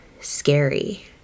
scary